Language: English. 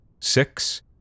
Six